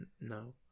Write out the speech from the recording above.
no